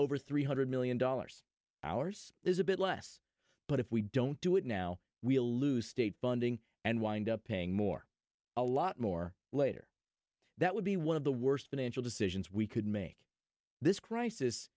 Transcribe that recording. over three hundred million dollars ours is a bit less but if we don't do it now we'll lose state funding and wind up paying more a lot more later that would be one of the worst financial decisions we could make this crisis